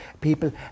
people